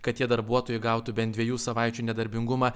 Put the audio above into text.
kad tie darbuotojai gautų bent dviejų savaičių nedarbingumą